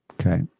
Okay